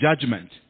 judgment